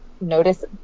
notice